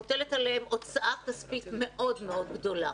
עליהם הוצאה כספית מאוד מאוד גדולה